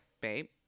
babe